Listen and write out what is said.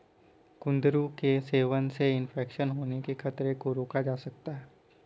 कुंदरू के सेवन से इन्फेक्शन होने के खतरे को रोका जा सकता है